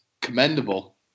commendable